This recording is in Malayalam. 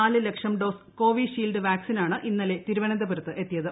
നാല് ലക്ഷം ഡോസ് കോവിഷീൽഡ് വാക്സിനാണ് ഇന്നലെ തിരുവനന്തപുരത്ത് എത്തിയത്